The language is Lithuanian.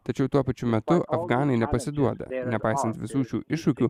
tačiau tuo pačiu metu afganai nepasiduoda nepaisant visų šių iššūkių